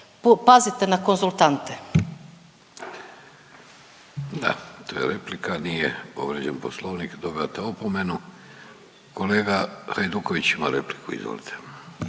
(Socijaldemokrati)** Da, to je replika, nije povrijeđen Poslovnik, dobivate opomenu. Kolega Hajduković ima repliku, izvolite.